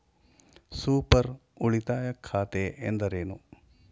Super ಉಳಿತಾಯ ಖಾತೆ ಎಂದರೇನು?